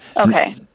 Okay